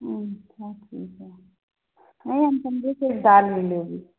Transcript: अच्छा ठीक है और हम समझे सिर्फ दाल ले लोगी